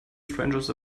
strangers